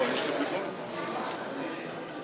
רבותי, בבקשה